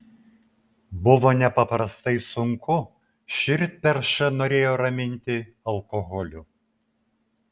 buvo nepaprastai sunku širdperšą norėjo raminti alkoholiu